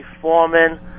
foreman